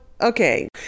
okay